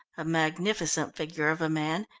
a magnificent figure of a man,